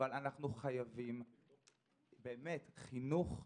אך אנו חייבים חינוך אמיתי,